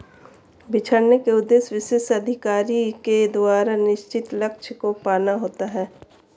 बिछड़ने का उद्देश्य विशेष अधिकारी के द्वारा निश्चित लक्ष्य को पाना होता है